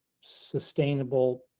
sustainable